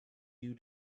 you